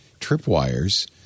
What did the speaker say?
tripwires